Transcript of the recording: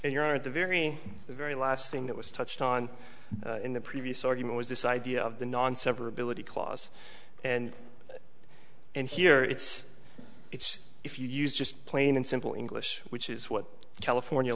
and you're at the very very last thing that was touched on in the previous argument was this idea of the non severability clause and and here it's it's if you use just plain and simple english which is what california